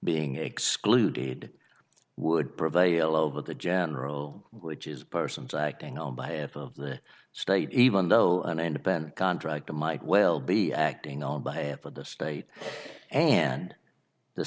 being excluded would prevail over the general which is persons acting on behalf of the state even though an independent contractor might well be acting on behalf of the state and the